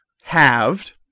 Halved